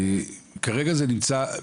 כרגע זה נמצא,